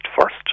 first